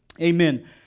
Amen